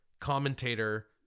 commentator